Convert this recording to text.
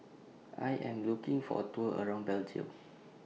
I Am looking For A Tour around Belgium